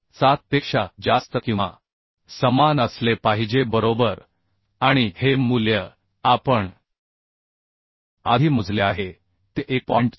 7पेक्षा जास्त किंवा समान असले पाहिजे बरोबर आणि हे मूल्य आपण आधी मोजले आहे ते 1